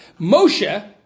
Moshe